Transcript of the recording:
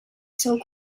sont